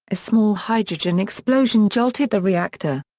a small hydrogen explosion jolted the reactor.